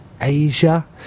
Asia